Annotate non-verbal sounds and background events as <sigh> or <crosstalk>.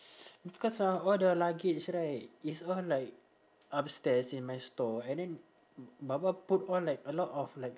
<breath> because ah all the luggage right it's all like upstairs in my store and then my mum put all like a lot of like